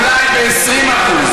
אולי ב-20%.